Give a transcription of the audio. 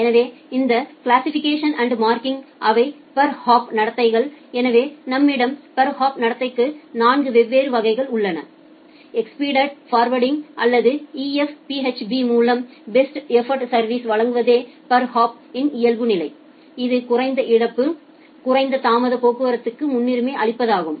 எனவே இந்த classification and marking அவை பெர்ஹாப் நடத்தைகள் எனவே நம்மிடம் பெர்ஹாப் நடத்தைகளுக்கு நான்கு வெவ்வேறு வகைகள் உள்ளன எஸ்பிடிடெட் ஃபார்வேர்டிங் அல்லது EF PHB மூலம் பெஸ்ட் எஃபோர்ட் சா்விஸ் வழங்குவதே பெர்ஹாப் இன் இயல்புநிலை இது குறைந்த இழப்பு குறைந்த தாமத போக்குவரத்துக்கு முன்னுரிமை அளிப்பதாகும்